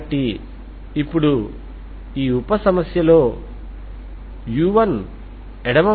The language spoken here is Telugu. కాబట్టి w1 కు వెయిట్ లేదు